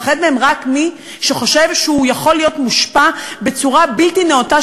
מפחד מהם רק מי שחושב שהוא יכול להיות מושפע בצורה בלתי נאותה,